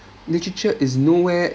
literature is nowhere